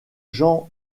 jean